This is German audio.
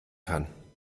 kann